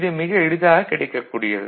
இது மிக எளிதாகக் கிடைக்கக்கூடியது